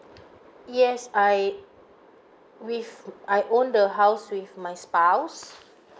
yes I with I own the house with my spouse